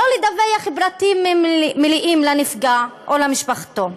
לא לדווח פרטים מלאים לנפגע או למשפחתו.